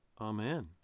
amen